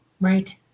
right